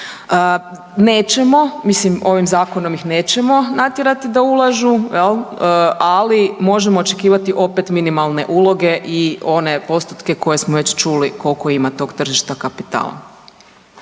Nećemo, mislim ovim zakonom ih nećemo natjerati da ulažu jel, ali možemo očekivati opet minimalne uloge i one postotke koje smo već čuli kolko ima tog tržišta kapitala.